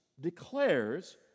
declares